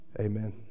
Amen